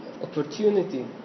opportunity